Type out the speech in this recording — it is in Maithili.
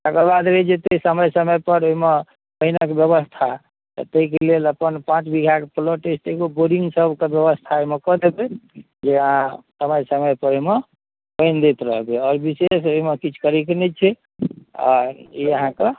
तकर बाद रहि जेतै समय समयपर एहिमे पानिक व्यवस्था तऽ ताहिके लेल अपन पाँच बीघाके प्लॉट अछि तऽ एगो बोरिंगसभके व्यवस्था ओहिमे कऽ देबै या समय समयपर ओहिमे पानि दैत रहबै आओर विशेष एहिमे किछु करैके नहि छै आ ई अहाँके